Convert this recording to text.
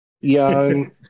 young